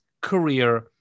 career